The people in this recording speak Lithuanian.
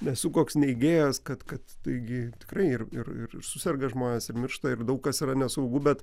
nesu koks neigėjas kad kad taigi tikrai ir ir ir suserga žmonės ir miršta ir daug kas yra nesaugu bet